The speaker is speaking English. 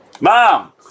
Mom